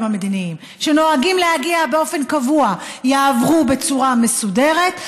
המדיניים שנוהגים להגיע באופן קבוע יעברו בצורה מסודרת.